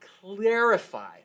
clarify